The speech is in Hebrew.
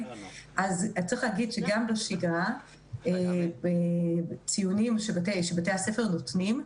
אז צריך לדעת שגם בשגרה הציונים שבתי הספר נותנים,